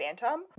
phantom